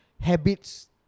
Habits